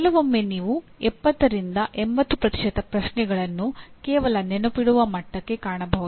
ಕೆಲವೊಮ್ಮೆ ನೀವು 70 ರಿಂದ 80 ಪ್ರಶ್ನೆಗಳನ್ನು ಕೇವಲ ನೆನಪಿಡುವ ಮಟ್ಟಕ್ಕೆ ಕಾಣಬಹುದು